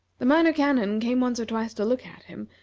the minor canon came once or twice to look at him,